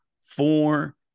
four